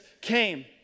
came